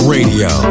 Radio